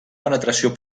penetració